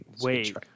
wait